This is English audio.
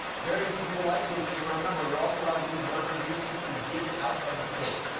very few people like fruitcake, but remember you're also allowed to use whatever ingredients you can dig out of the cake.